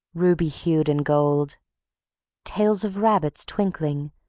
ruby-hued and gold tails of rabbits twinkling,